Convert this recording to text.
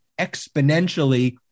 exponentially